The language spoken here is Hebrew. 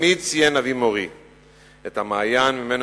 תמיד ציין אבי מורי את המעיין שממנו